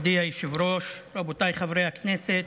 מכובדי היושב-ראש, רבותיי חברי הכנסת,